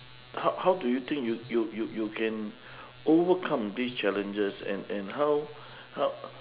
how how do you think you you you you can overcome this challenges and and how how